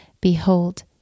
Behold